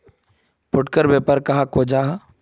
फुटकर व्यापार कहाक को जाहा?